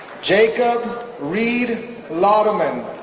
jacob reed laudeman,